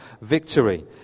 victory